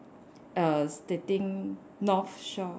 err stating North Shore